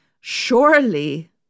surely